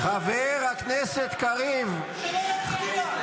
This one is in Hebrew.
כל מי שלא שולח את הילדים שלו לצבא שלא יצביע.